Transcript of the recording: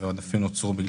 הינו אמורים